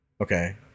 Okay